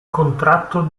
contratto